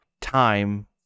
time